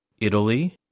Italy